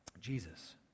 Jesus